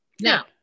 Now